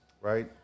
right